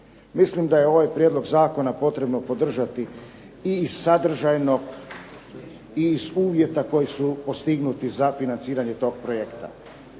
Mislim da je ovaj prijedlog zakona potrebno podržati i iz sadržajnog i iz uvjeta koji su postignuti za financiranje tog projekta.